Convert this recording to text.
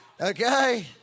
okay